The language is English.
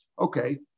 Okay